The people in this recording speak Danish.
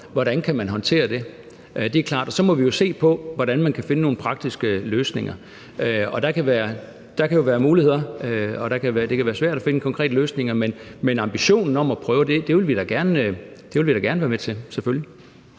hvordan man kan håndtere det, det er klart. Og så må vi jo se på, hvordan man kan finde nogle praktiske løsninger. Der kan jo være muligheder, men det kan være svært at finde konkrete løsninger, men ambitionen om at prøve det deler vi – det vil vi da gerne være med til. Selvfølgelig.